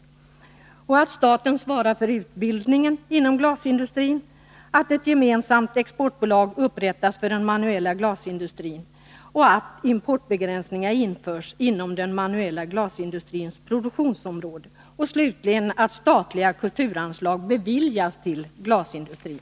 Det krävs vidare att staten svarar för utbildningen inom glasindustrin, att ett gemensamt exportbolag upprättas för den manuella glasindustrin och att importbegränsningar görs inom den manuella glasindustrins produktionsområde. Och det krävs slutligen att statliga kulturanslag beviljas till glasindustrin.